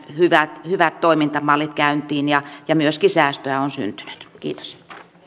hyvät hyvät toimintamallit käyntiin ja ja myöskin säästöä on syntynyt kiitos